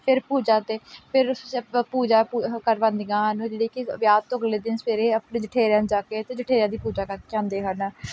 ਫਿਰ ਪੂਜਾ ਅਤੇ ਫਿਰ ਸ ਪ ਪੂਜਾ ਕਰਵਾਉਂਦੀਆਂ ਹਨ ਜਿਹੜੀ ਕਿ ਵਿਆਹ ਤੋਂ ਅਗਲੇ ਦਿਨ ਸਵੇਰੇ ਆਪਣੇ ਜਠੇਰਿਆਂ ਦੇ ਜਾ ਕੇ ਅਤੇ ਜਠੇਰਿਆਂ ਦੀ ਪੂਜਾ ਕਰਕੇ ਆਉਂਦੇ ਹਨ